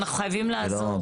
אנחנו חייבים לעזור.